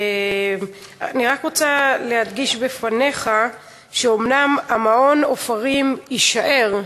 אני רק רוצה להדגיש בפניך שאומנם המעון "עופרים" יישאר,